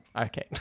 Okay